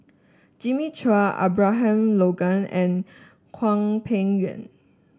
Jimmy Chua Abraham Logan and Hwang Peng Yuan